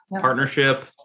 partnership